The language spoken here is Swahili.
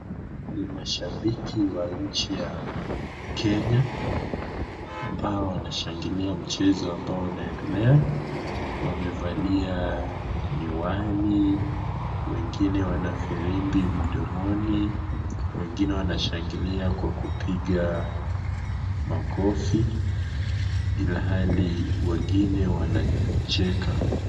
Ni mashabiki wa nchi ya kenya, ambao wanashangalia mchezo ambao unaendelea, wamevaliaa miwani, wengine wana firimbi mdomoni, wengine wanashangilia kwa kupigaa makofi, ilihali wengine wanaacheka.